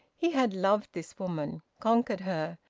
he had loved this woman, conquered her.